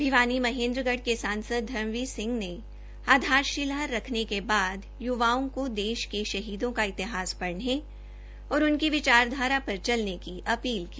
भिवानी महेन्द्रगढ़ के सांसद धर्मवीर सिंह सैनी आधारशिला रखने के बाद य्वाओं को देश के शहीदों का इतिहास पढ़ने और उनकी विचारधारा पर चलने की अपील की